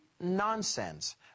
nonsense